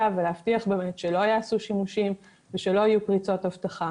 ולהבטיח שלא ייעשו שימושים ושלא יהיו פריצות אבטחה.